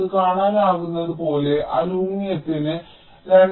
നിങ്ങൾക്ക് കാണാനാകുന്നതുപോലെ അലുമിനിയത്തിന് 2